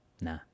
Nah